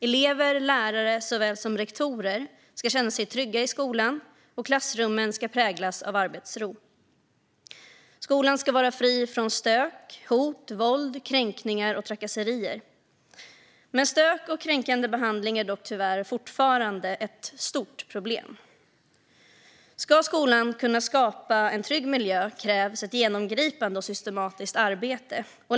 Elever och lärare såväl som rektorer ska känna sig trygga i skolan, och klassrummen ska präglas av arbetsro. Skolan ska vara fri från stök, hot, våld, kränkningar och trakasserier. Stök och kränkande behandling är dock tyvärr fortfarande ett stort problem. Ska skolan kunna skapa en trygg miljö krävs ett genomgripande och systematiskt arbete.